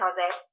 jose